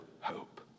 hope